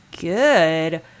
good